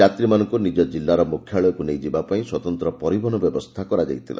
ଯାତ୍ରୀମାନଙ୍କୁ ନିଜ ଜିଲ୍ଲାର ମ୍ରଖ୍ୟାଳୟକ୍ର ନେଇ ଯିବାପାଇଁ ସ୍ୱତନ୍ତ ପରିବହନ ବ୍ୟବସ୍ଥା କରାଯାଇଥିଲା